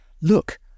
look